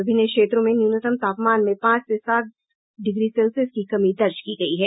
विभिन्न क्षेत्रों में न्यूनतम तापमान में पांच से सात डिग्री सेल्सियस की कमी दर्ज की गयी है